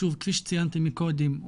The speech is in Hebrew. שוב כפי שציינתי מקודם,